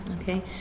okay